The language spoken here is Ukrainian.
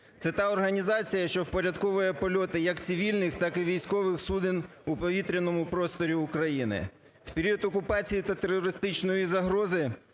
Це та організація, що впорядковує польоти як цивільних, так і військових суден у повітряному просторі України. В період окупації та терористичної загрози